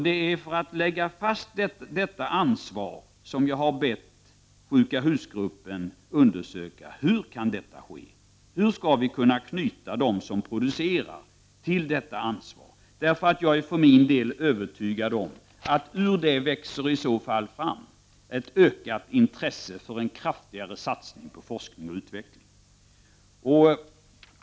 Det är för att lägga fast detta ansvar som jag har bett den grupp som arbetar med ”sjuka” hus att undersöka hur detta kan ske och hur de som producerar skall kunna knytas till detta ansvar. Jag är övertygad om att det därur kommer att växa fram ett ökat intresse för en kraftigare satsning på forskning och utveckling.